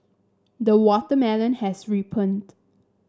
the watermelon has ripened